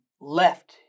left